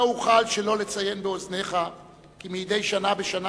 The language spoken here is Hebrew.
לא אוכל שלא לציין באוזניך כי מדי שנה בשנה